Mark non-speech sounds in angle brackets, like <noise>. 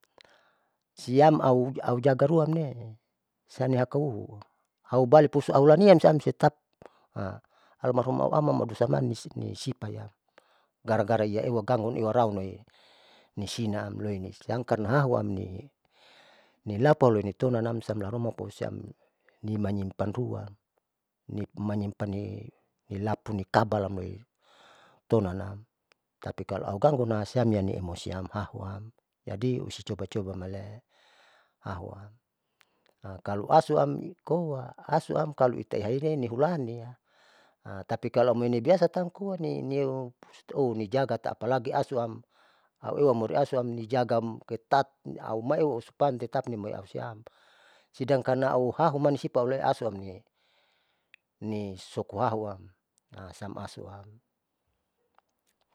Siamau jagaruan ne sanihakaua haubalik pohaulanian samtetap <hesitation> almarhum auaman adusaman nisi nisipayam gara gara iaewa gangau iarauloi musina'am loilisiang karna hahunam nilapua loinitonanam sam iaharuma maupo siam nimanyimopan rua nimanyimpan ilapu nikabali amoi tonanam tapi kalo augangu nahsiam ni emosiam hahuam, jadi usi coba coba male'e hahuam <hesitation> kalo asuam nikoa asuam kaloitai haini nihulania <hesitation> tapi kalo amoinibiasatam koani neuonijaga apalagi asuam auewaroi asunam ijaga ketat aumaeu usupan tetapnimoi ausiam, sidangkan auhahuma isipa aule asunamni nisokohahua <hesitation> sam asunam.